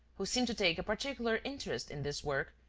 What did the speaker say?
who seemed to take a particular interest in this work,